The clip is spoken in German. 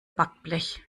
backblech